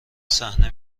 صحنه